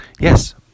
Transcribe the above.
Yes